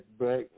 back